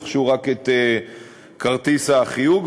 רכשו רק את כרטיס החיוג,